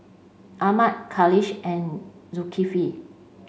Ahmad Khalish and Zulkifli